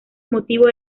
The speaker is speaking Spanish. motivo